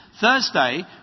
Thursday